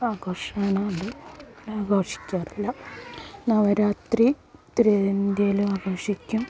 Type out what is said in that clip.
ആഘോഷമാണ് അത് ആഘോഷിക്കാറില്ല നവരാത്രി ഉത്തരേന്ത്യയിൽ ആഘോഷിക്കും